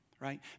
right